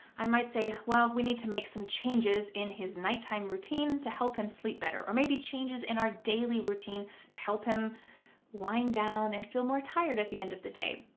i might say, well, we need to make some changes in his nighttime routine to help him sleep better or maybe changes in our daily routine to help him wind down and feel more tired at the end of the day.